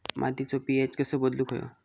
मातीचो पी.एच कसो बदलुक होयो?